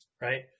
Right